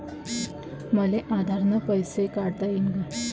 मले आधार न पैसे काढता येईन का?